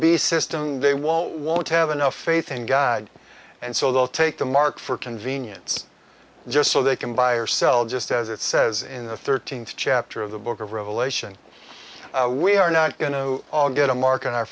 beast system they won't won't have enough faith in god and so they'll take the mark for convenience just so they can buy or sell just as it says in the thirteenth chapter of the book of revelation we are not going to get a mark on our